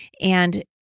And-